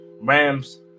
Rams